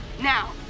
Now